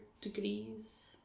degrees